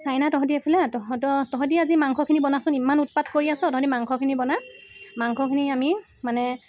China তহঁতি এইফালে আহ তহঁতৰ তহঁতি আজি মাংসখিনি বনাচোন ইমান উৎপাত কৰি আছ তহঁতি মাংসখিনি বনা মাংসখিনি আমি মানে